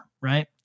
Right